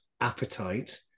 appetite